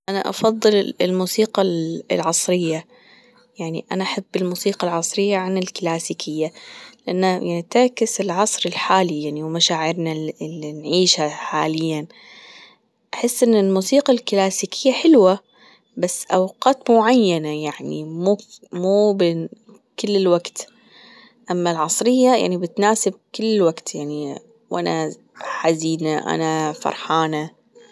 أنا أفضل الموسيقى العصرية يعني أنا أحب الموسيقى العصرية عن الكلاسيكية أنها يعني تعكس العصر الحالي يعني ومشاعرنا اللي نعيشها حاليا أحس أن الموسيقى الكلاسيكية حلوة بس أوقات معينة يعني مو مو لكل الوجت اما العصرية يعني بتناسب كل وقت يعني وأنا حزينة أنا فرحانة.